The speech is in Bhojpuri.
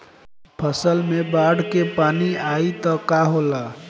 फसल मे बाढ़ के पानी आई त का होला?